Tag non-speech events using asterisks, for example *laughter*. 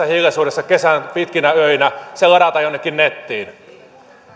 *unintelligible* hiljaisuudessa kesän pitkinä öinä se ladataan jonnekin nettiin